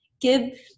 give